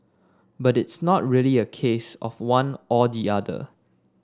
but it's not really a case of one or the other